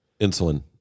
insulin